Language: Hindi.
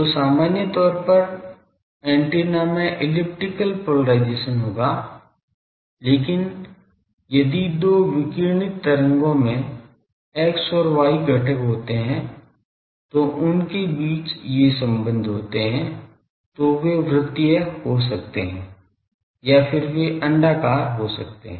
तो सामान्य तौर पर एंटीना में इलिप्टिकल पोलराइजेशन होगा लेकिन यदि दो विकिरणित तरंगों में X और Y घटक होते हैं तो उनके बीच ये संबंध होते हैं तो वे वृत्तीय हो सकते हैं या फिर वे अण्डाकार हो सकते हैं